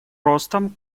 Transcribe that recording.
ростом